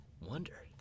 Wonder